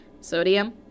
Sodium